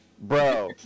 bro